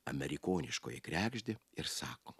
amerikoniškoji kregždė ir sako